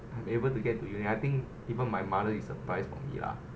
I'm able to get to uni I think even my mother is surprise for me lah